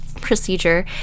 procedure